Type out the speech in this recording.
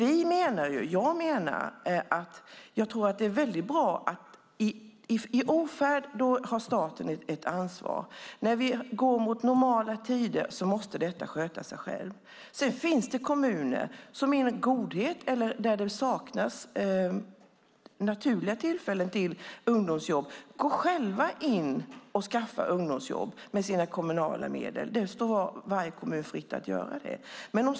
I ofärd har staten ett ansvar, men när vi går mot normala tider måste det sköta sig självt. Det finns kommuner som av godhet eller på grund av att det saknas naturliga tillfällen till ungdomsjobb ordnar ungdomsjobb med kommunala medel, och det står varje kommun fritt att göra det.